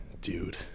dude